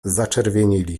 zaczerwienili